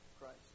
Christ